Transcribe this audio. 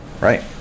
right